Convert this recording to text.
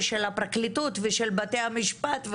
הפרקליטות ובתי המשפט.